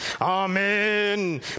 Amen